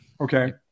okay